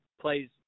plays